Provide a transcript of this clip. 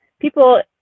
people